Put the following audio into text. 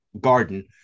garden